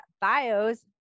bios